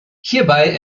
hierbei